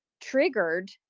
triggered